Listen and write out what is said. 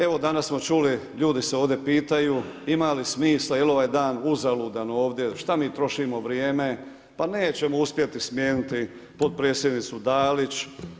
Evo danas smo čuli ljudi se ovdje pitaju imali li smisla jel ovaj dan uzaludan ovdje, šta mi trošimo vrijeme pa nećemo uspjeti smijeniti potpredsjednicu Dalić.